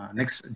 Next